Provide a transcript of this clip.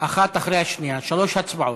האחת אחרי השנייה, שלוש הצבעות.